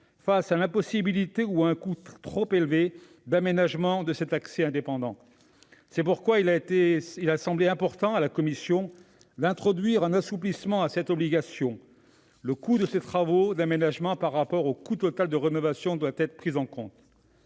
accès indépendant ou au coût trop élevé de cette opération. C'est pourquoi il a semblé important à la commission d'introduire un assouplissement à cette obligation : le coût de ces travaux d'aménagement par rapport au coût total de rénovation doit être pris en compte.